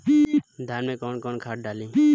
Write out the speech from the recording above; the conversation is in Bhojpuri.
धान में कौन कौनखाद डाली?